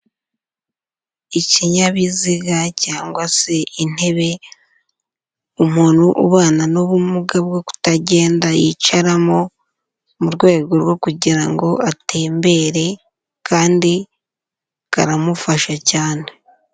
Ikinyabiziga cyangwa se intebe umuntu ubana n'ubumuga bwo kutagenda yicaramo, mu rwego rwo kugira ngo atembere kandi karamufasha cyane.